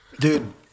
Dude